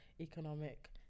economic